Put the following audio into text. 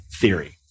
theory